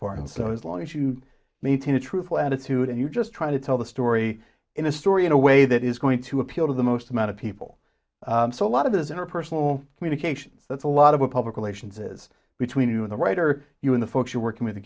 part and so as long as you maintain a truthful attitude and you're just trying to tell the story in a story in a way that is going to appeal to the most amount of people so a lot of those interpersonal communication that's a lot of a public relations is between you and the writer you in the folks you're work